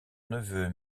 neveu